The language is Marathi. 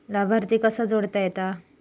लाभार्थी कसा जोडता येता?